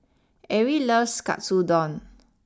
Erie loves Katsu Don